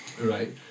Right